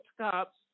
cops